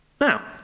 Now